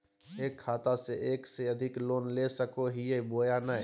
एक खाता से एक से अधिक लोन ले सको हियय बोया नय?